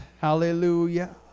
Hallelujah